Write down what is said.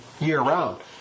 year-round